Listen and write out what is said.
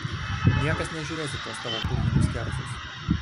niekas nežiūrės į tuos tavo purvinus kerzus